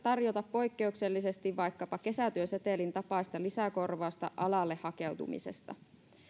tarjota poikkeuksellisesti vaikkapa kesätyösetelin tapaista lisäkorvausta alalle hakeutumisesta